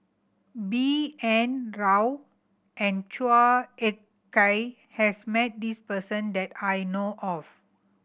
B N Rao and Chua Ek Kay has met this person that I know of